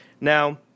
Now